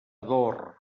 ador